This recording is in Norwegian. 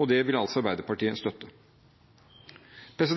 og det vil Arbeiderpartiet støtte. Det